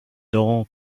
door